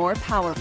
more power